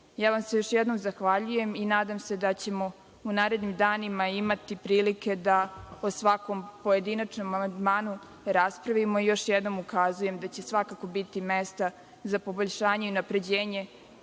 vam se još jednom zahvaljujem i nadam se da ćemo u narednim danima imati prilike da o svakom pojedinačnom amandmanu raspravimo. Još jednom ukazujem da će svakako biti mesta za poboljšanje i unapređenje